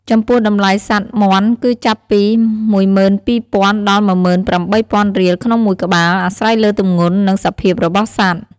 ចំពោះតម្លៃសត្វមាន់គឺចាប់ពី ១២,០០០ ដល់ ១៨,០០០ រៀលក្នុងមួយក្បាល អាស្រ័យលើទម្ងន់ និងសភាពរបស់សត្វ។